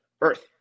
earth